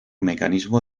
mecanismo